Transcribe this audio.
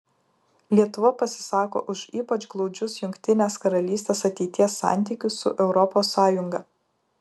lietuva pasisako už ypač glaudžius jungtinės karalystės ateities santykius su europos sąjunga